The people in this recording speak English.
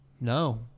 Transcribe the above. No